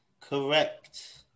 Correct